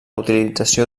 utilització